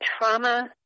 trauma